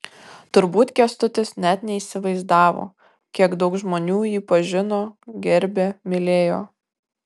turbūt kęstutis net neįsivaizdavo kiek daug žmonių jį pažino gerbė mylėjo